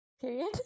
Period